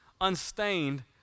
unstained